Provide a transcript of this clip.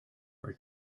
were